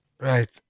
Right